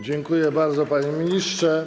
Dziękuję bardzo, panie ministrze.